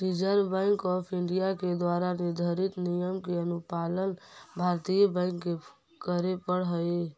reserve bank of India के द्वारा निर्धारित नियम के अनुपालन भारतीय बैंक के करे पड़ऽ हइ